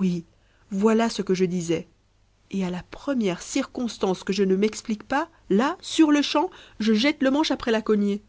oui voilà ce que je disais et à la première circonstance que je ne m'explique pas là sur-le-champ je jette le manche après la cognée